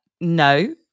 No